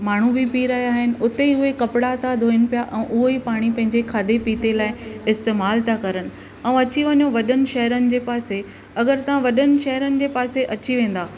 माण्हू बि पी रहिया आहिनि हुते ई उहे कपिड़ा था धोइनि पिया ऐं उहो ई पाणी पंहिंजे खाधे पीते लाइ इस्तेमालु था करनि ऐं अची वञो वॾनि शहरनि जे पासे अगरि तव्हां वॾनि शहरनि जे पासे अची वेंदा